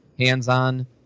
hands-on